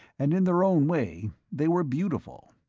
and in their own way they were beautiful.